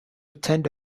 attend